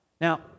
Now